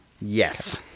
Yes